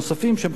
שהם חשובים,